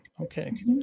Okay